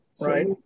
Right